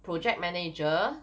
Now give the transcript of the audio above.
project manager